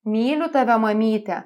myliu tave mamyte